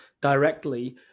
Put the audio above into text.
directly